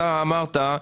אתה אמרת,